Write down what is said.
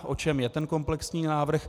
O čem je ten komplexní návrh?